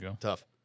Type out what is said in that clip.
tough